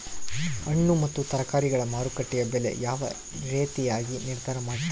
ಹಣ್ಣು ಮತ್ತು ತರಕಾರಿಗಳ ಮಾರುಕಟ್ಟೆಯ ಬೆಲೆ ಯಾವ ರೇತಿಯಾಗಿ ನಿರ್ಧಾರ ಮಾಡ್ತಿರಾ?